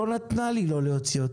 והיא לא נתנה לי לא להוציא אותה.